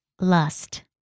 lust